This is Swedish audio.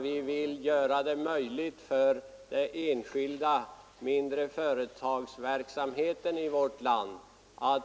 Vi vill göra det möjligt för enskilda mindre företag att i vårt land